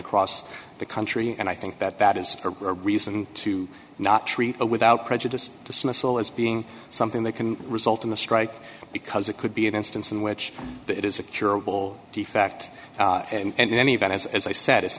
across the country and i think that that is a reason to not treat it without prejudice dismissal as being something that can result in a strike because it could be an instance in which it is a curable defect and in any event as as i said it's